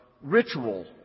ritual